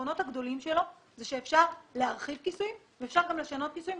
היתרונות הגדולים שלו הם שאפשר להרחיב כיסויים ואפשר גם לשנות כיסויים,